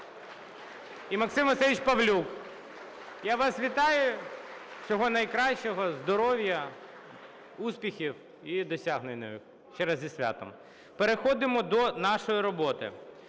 і Максим Васильович Павлюк. Я вас вітаю! Всього найкращого, здоров'я, успіхів і досягнень! Ще раз зі святом! (Оплески) Переходимо до нашої роботи.